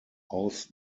aus